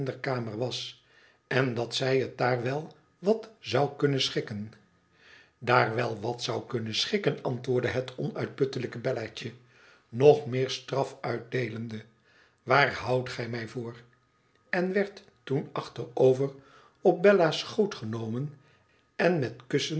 was en dat zij het daar wel wat zou kunnen schikken idaar wel wat kunnen schikken antwoordde het onuitputtelijke bellaatje nog meer straf uitdeelende waar houdt gij mij voor en werd toen achterover op bella's schoot genomen en met kussen